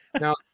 now